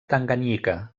tanganyika